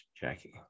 Jackie